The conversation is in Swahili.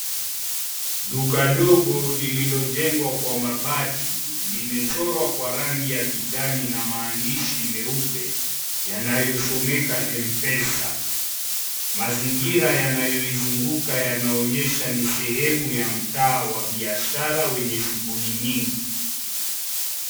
Duka dogo lililojengwa kwa mabati limechorwa kwa rangi ya kijani na maandishi meupe yanayosomeka M-Pesa. Mazingira yanayoizunguka yanaonyesha ni sehemu ya mtaa wa biashara yenye shughuli nyingi.